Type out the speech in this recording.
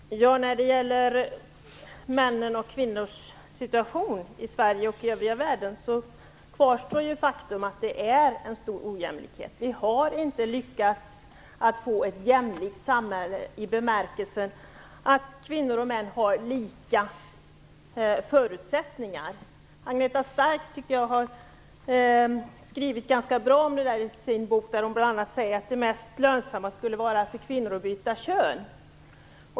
Herr talman! När det gäller mäns och kvinnors situation i Sverige och i den övriga världen så kvarstår det faktum att det är en stor ojämlikhet. Vi har inte lyckats att få ett jämlikt samhälle i bemärkelsen att kvinnor och män har lika förutsättningar. Agneta Stark har, tycker jag, skrivit ganska bra om detta i sin bok där hon säger att det mest lönsamma skulle vara för kvinnor att byta kön.